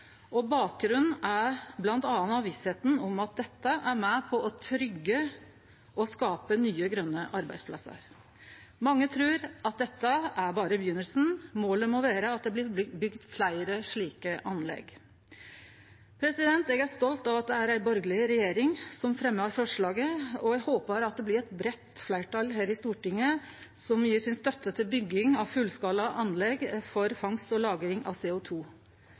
og bakgrunnen er bl.a. vissheita om at dette er med på å tryggje og skape nye, grøne arbeidsplassar. Mange trur at dette berre er starten – målet må vere at det blir bygd fleire slike anlegg. Eg er stolt av at det er ei borgarleg regjering som fremjar forslaget, og eg håper at det blir eit breitt fleirtal her i Stortinget som gjev støtte til bygging av fullskalaanlegg til lagring av CO 2 . «Langskip» må bli realisert. Det er